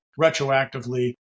retroactively